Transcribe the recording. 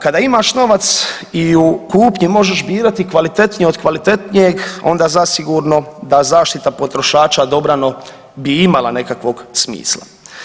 Kada imaš novac i u kupnji možeš birati kvalitetnije od kvalitetnijeg, onda zasigurno da zaštita potrošača dobrano bi imala nekakvog smisla.